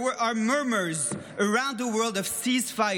there are murmurs around the world of ceasefires,